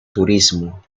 turismo